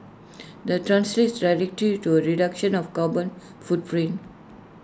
that translates directly to A reduction of carbon footprint